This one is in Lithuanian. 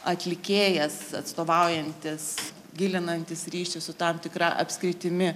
atlikėjas atstovaujantis gilinantis ryšius su tam tikra apskritimi